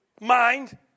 mind